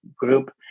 Group